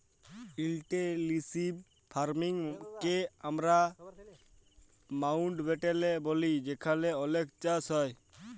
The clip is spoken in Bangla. ইলটেল্সিভ ফার্মিং কে আমরা মাউল্টব্যাটেল ব্যলি যেখালে অলেক চাষ হ্যয়